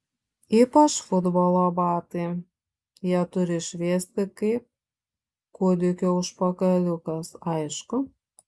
ypač futbolo batai jie turi šviesti kaip kūdikio užpakaliukas aišku